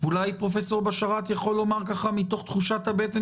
ואולי פרופ' בשאראת יכול לומר מתוך תחושת הבטן